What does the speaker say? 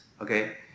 okay